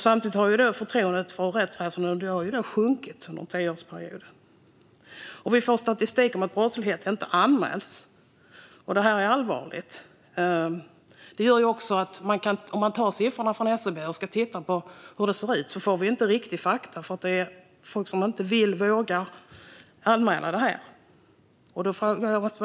Samtidigt har förtroendet för rättsväsendet sjunkit under en tioårsperiod. Vi får också statistik om att brottslighet inte anmäls. Det är allvarligt, för det innebär att siffrorna från SCB inte visar rätt fakta. Så blir det när det finns folk som inte vill och inte vågar anmäla brott. Vi behöver fråga oss hur vi ska kunna ändra på detta.